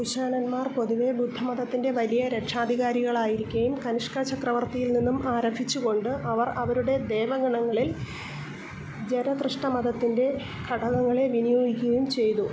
കുശാനന്മാര് പൊതുവേ ബുദ്ധമതത്തിന്റെ വലിയ രക്ഷാധികാരികളായിരിക്കേം കനിഷ്കാ ചക്രവർത്തിയിൽ നിന്നും ആരംഭിച്ചു കൊണ്ട് അവർ അവരുടെ ദേവ ഗണങ്ങളില് ജരധൃഷ്ട മതത്തിന്റെ ഘടകങ്ങളെ വിനിയോഗിക്ക്വേം ചെയ്തു